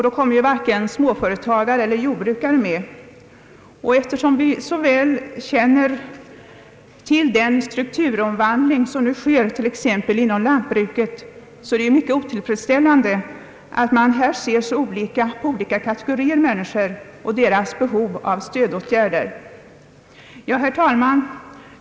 Då kommer varken småföretagare eller jordbrukare med, Vi känner ju väl till den strukturomvandling som nu sker, t.ex. inom jordbruket, och det framstår därför som mycket otillfredsställande att ha olika syn på olika kategorier av människor och på deras behov av stödåtgärder. Herr talman!